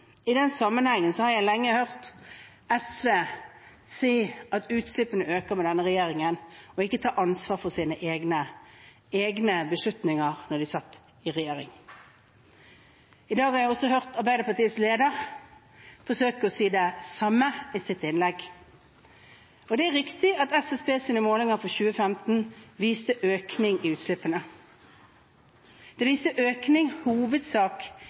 I den sammenhengen har jeg lenge hørt SV si at utslippene øker med denne regjeringen, og at man ikke tar ansvar for egne beslutninger i regjering. I dag har jeg også hørt Arbeiderpartiets leder forsøke å si det samme i sitt innlegg. Det er riktig at SSBs målinger for 2015 viste økning i utslippene. Det viste økning